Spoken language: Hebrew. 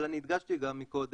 אבל אני הדגשתי גם מקודם,